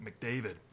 McDavid